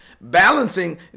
balancing